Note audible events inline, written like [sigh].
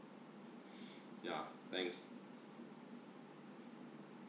[breath] ya thanks